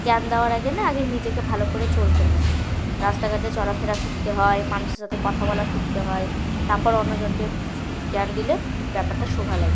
জ্ঞান দেওয়ার আগে না আগে নিজেকে ভালো করে চলতে হয় রাস্তাঘাটে চলাফেরা শিখতে হয় মানুষের সাথে কথা বলা শিখতে হয় তারপর অন্য জনকে জ্ঞান দিলে ব্যাপারটা শোভা লাগে